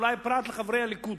אולי פרט לחברי הליכוד,